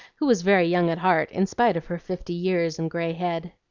who was very young at heart in spite of her fifty years and gray head.